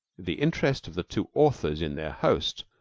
the interest of the two authors in their host,